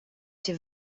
się